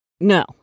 no